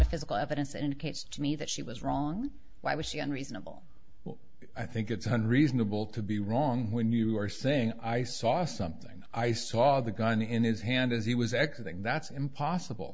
of physical evidence indicates to me that she was wrong why was she on reasonable i think it's unreasonable to be wrong when you are saying i saw something i saw the gun in his hand as he was exiting that's impossible